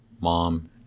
mom